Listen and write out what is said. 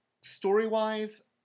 story-wise